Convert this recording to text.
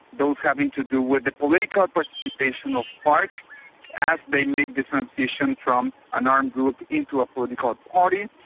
those having to do with the political participation of farc as they make the transition from an armed group into a political ah party.